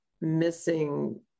missing